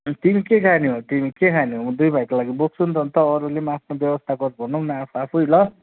तिमी के खाने तिमी के खाने हो म दुई भाइको लागि बोक्छु नि त अन्त अरूले पनि आफ्नो व्यवस्था गर भनौँ आफू आफै ल